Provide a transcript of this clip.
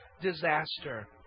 disaster